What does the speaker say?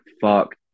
fuck